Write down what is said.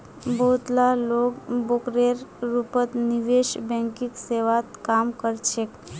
बहुत ला लोग ब्रोकरेर रूपत निवेश बैंकिंग सेवात काम कर छेक